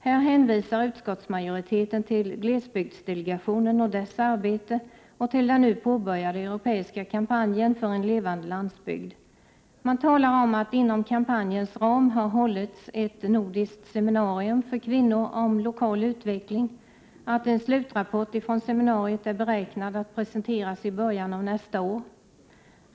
Här hänvisar utskottsmajoriteten till glesbygdsdelegationen och dess arbete och till den nu påbörjade europeiska kampanjen för en levande landsbygd. Man talar om att det inom kampanjens ram har hållits ett nordiskt seminarium för kvinnor om lokal utveckling och att en slutrapport från seminariet är beräknad att presenteras i början av nästa år.